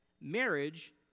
Marriage